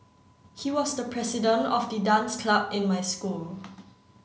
he was the president of the dance club in my school